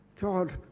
God